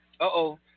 Uh-oh